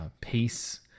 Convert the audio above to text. pace